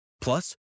Plus